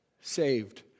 saved